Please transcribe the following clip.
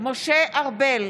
משה ארבל,